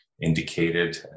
indicated